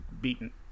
beaten